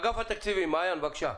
מאגף תקציבים באוצר מעיין ספיבק בבקשה.